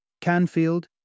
Canfield